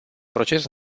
proces